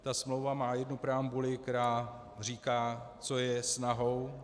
Ta smlouva má jednu preambuli, která říká, co je snahou.